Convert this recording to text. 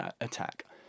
attack